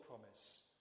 promise